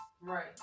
Right